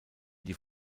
die